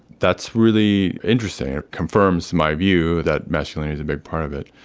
that's really interesting it confirms my view that masculinity is a big part of it,